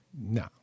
No